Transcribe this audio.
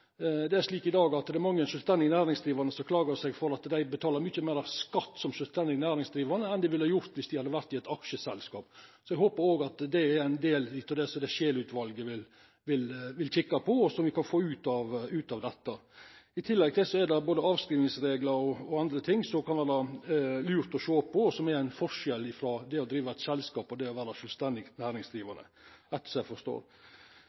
Det er slik i dag at mange sjølvstendige næringsdrivande beklagar seg over at dei betaler mykje meir skatt som sjølvstendig næringsdrivande enn dei ville ha gjort viss dei hadde vore i eit aksjeselskap. Så eg håpar at dette er ein del av det som Scheel-utvalet vil kikka på, og som me kan få ut av dette. I tillegg til det er det både avskrivingsreglar og andre ting som det kan vera lurt å sjå på, og som er ein forskjell mellom det å driva eit selskap og det å vera sjølvstendig næringsdrivande, ettersom eg forstår.